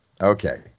Okay